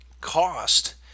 cost